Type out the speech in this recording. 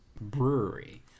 brewery